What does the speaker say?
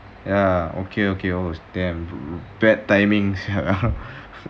ya okay okay oh damn bad timing